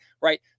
Right